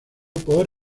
por